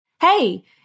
Hey